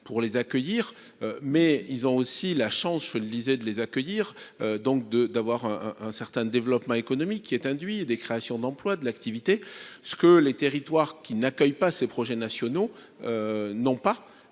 pour les accueillir. Mais ils ont aussi la chance je lisais de les accueillir donc de d'avoir un, un certain développement économique qui est induit et des créations d'emplois de l'activité. Ce que les territoires qui n'accueillent pas ces projets nationaux. Non pas